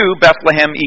Bethlehem